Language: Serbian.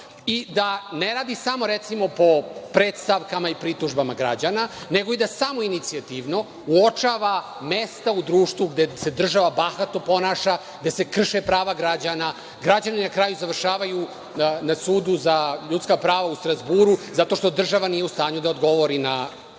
i da ne radi samo, recimo, po predstavkama i pritužbama građana, nego i da samoinicijativno uočava mesta u društvu gde se država bahato ponaša, gde se krše prava građana. Građani na kraju završavaju na sudu za ljudska prava u Strazburu zato što država nije u stanju da odgovori na